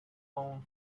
own